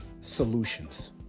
solutions